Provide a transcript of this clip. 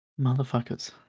Motherfuckers